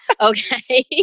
Okay